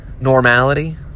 Normality